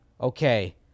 okay